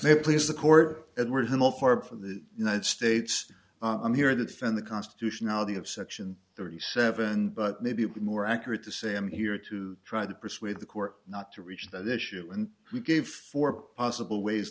they please the court and we're him apart from the united states i'm here that found the constitutionality of section thirty seven but may be more accurate to say i'm here to try to persuade the court not to reach that issue and who gave four possible ways